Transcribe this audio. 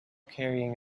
carrying